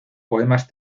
poemas